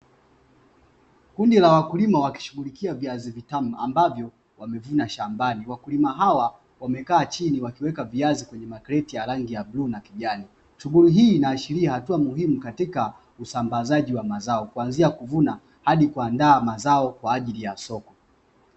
Kundi la wakulima wakishughulikia viazi vitamu ambavyo wamevuna shambani wakulima hao wamekaa chini wakiweka viazi kwenye makreti ya rangi ya bluu na kijani. Shughuli hii inaashiria hatua muhimu Katika usambazaji wa mazao kuanzia kuvuna hadi kuandaa mazao Kwa ajili ya soko.